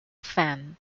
fan